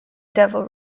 devil